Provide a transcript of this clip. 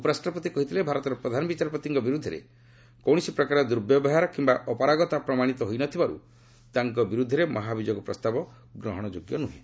ଉପରାଷ୍ଟ୍ରପତି କହିଥିଲେ ଭାରତର ପ୍ରଧାନ ବିଚାରପତିଙ୍କ ବିରୁଦ୍ଧରେ କୌଣସି ପ୍ରକାର ଦୁର୍ବ୍ୟବହାର କିୟା ଅପାରଗତା ପ୍ରମାଣିତ ହୋଇ ନ ଥିବାରୁ ତାଙ୍କ ବିରୁଦ୍ଧରେ ମହାଭିଯୋଗ ପ୍ରସ୍ତାବ ଗ୍ରହଣଯୋଗ୍ୟ ନ୍ତହେଁ